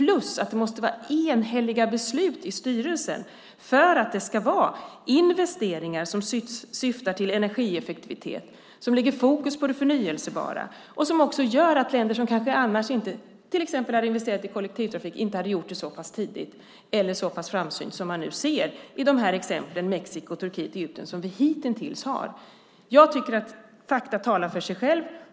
Det måste också vara enhälliga beslut i styrelsen för att det ska vara investeringar som syftar till energieffektivitet, som lägger fokus på det förnybara och som också gör att länder som kanske annars inte hade investerat i till exempel kollektivtrafik så pass tidigt eller så pass framsynt som man nu ser i exempelvis Mexiko, Turkiet och Egypten kan göra det. Jag tycker att fakta talar för sig själva.